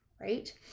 right